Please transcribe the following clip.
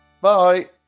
Bye